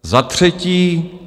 Za třetí.